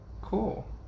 Cool